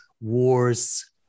wars